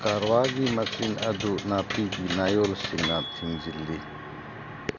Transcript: ꯀꯥꯔꯋꯥꯒꯤ ꯃꯆꯤꯟ ꯑꯗꯨ ꯅꯥꯄꯤꯒꯤ ꯅꯥꯌꯣꯜꯁꯤꯡꯅ ꯊꯤꯡꯖꯤꯜꯂꯤ